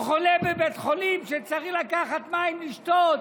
או חולה בבית חולים שצריך לקחת מים לשתות,